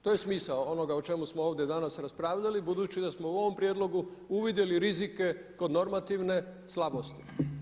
To je smisao onoga o čemu smo ovdje raspravljali budući da smo u ovom prijedlogu uvidjeli rizike kod normativne slabosti.